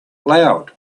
loud